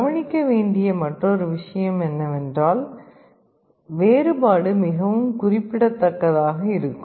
கவனிக்க வேண்டிய மற்றொரு விஷயம் என்னவென்றால் வேறுபாடு மிகவும் குறிப்பிடத்தக்கதாக இருக்கும்